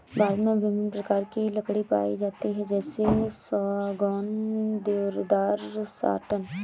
भारत में विभिन्न प्रकार की लकड़ी पाई जाती है जैसे सागौन, देवदार, साटन